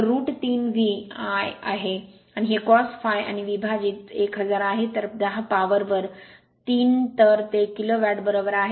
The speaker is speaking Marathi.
तर रूट 3 V I आहे आणि हे कॉस फाय आणि विभाजित 1000 आहे तर 10 पॉवर वर 3 तर ते किलो वॅट बरोबर आहे